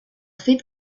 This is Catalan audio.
fet